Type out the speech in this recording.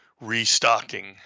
restocking